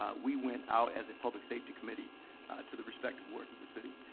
ah we went out as a public safety committee to the respective wards of the city.